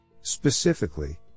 Specifically